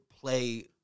play